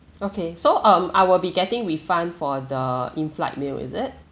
okay so um I will be getting refund for the in flight meal is it